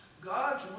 God's